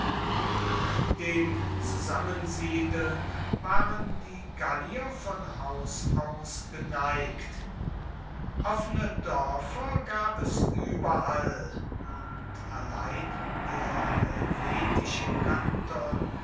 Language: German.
dem zusammensiedeln waren die gallier von haus aus geneigt offene dörfer gab es überall und allein der helvetische kanton